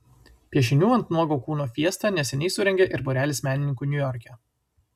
piešinių ant nuogo kūno fiestą neseniai surengė ir būrelis menininkų niujorke